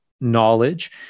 knowledge